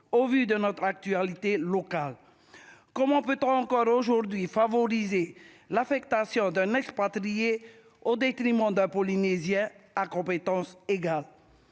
au vu de notre actualité locale, comment peut-on encore aujourd'hui favoriser l'affectation d'un expatrié au détriment d'un Polynésien à compétences égales,